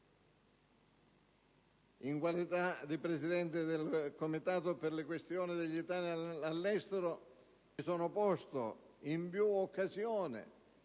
In qualità di Presidente del Comitato per le questioni degli italiani all'estero, mi sono disposto in più occasioni